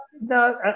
no